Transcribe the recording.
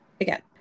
again